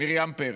מרים פרץ.